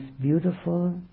beautiful